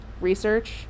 research